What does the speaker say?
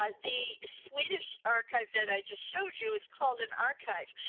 ah the swedish archive that i just showed you is called an archive.